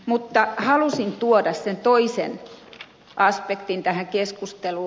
mutta halusin tuoda sen toisen aspektin tähän keskusteluun